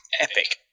epic